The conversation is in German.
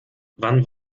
wann